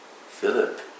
Philip